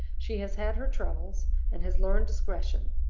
she has had her troubles, and has learned discretion.